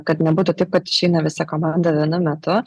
kad nebūtų taip kad išeina visa komanda vienu metu